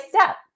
step